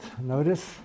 notice